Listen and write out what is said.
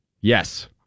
Yes